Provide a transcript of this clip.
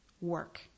work